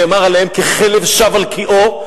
נאמר עליהם: ככלב שב על קיאו,